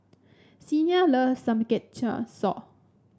Xena love Samgeyopsal